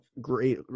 great